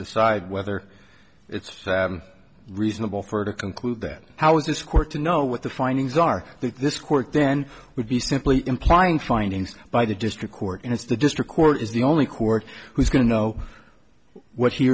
decide whether it's reasonable for to conclude that how is this court to know what the findings are that this court then would be simply implying findings by the district court and it's the district court is the only court who's going to know what he